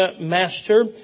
Master